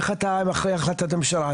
איך אתה אחרי החלטת הממשלה?